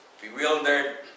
bewildered